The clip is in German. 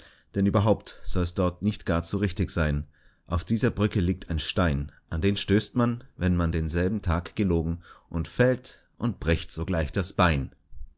denn überhaupt solls dort nicht gar zu richtig sein auf dieser brücke liegt ein stein an den stößt man wenn man denselben tag gelogen und fällt und bricht sogleich das bein